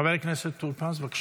חבר הכנסת טור פז, בבקשה.